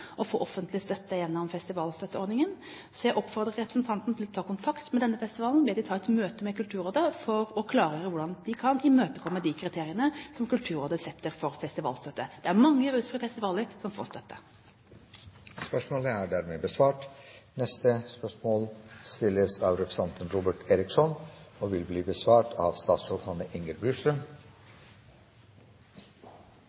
få offentlig støtte gjennom festivalstøtteordningen, så jeg oppfordrer representanten til å ta kontakt med denne festivalen, be dem ta et møte med Kulturrådet for å klargjøre hvordan de kan imøtekomme de kriteriene som Kulturrådet setter for festivalstøtte. Det er mange rusfrie festivaler som får støtte. Disse spørsmålene er utsatt til neste spørretime. Jeg har gleden av å stille følgende spørsmål til arbeidsministeren: «1. mai 2000 ble det innført forskjellsbehandling av